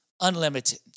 unlimited